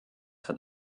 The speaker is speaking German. hat